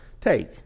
take